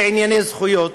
לענייני זכויות,